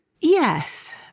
Yes